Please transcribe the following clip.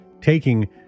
taking